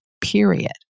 period